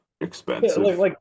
expensive